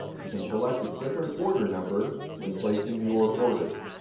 you can select a different order number when placing your order.